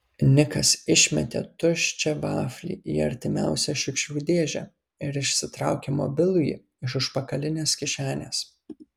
nikas išmetė tuščią vaflį į artimiausią šiukšlių dėžę ir išsitraukė mobilųjį iš užpakalinės kišenės